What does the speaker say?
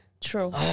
true